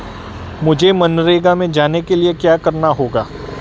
मुझे मनरेगा में जाने के लिए क्या करना होगा?